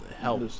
help